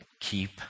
keep